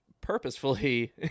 purposefully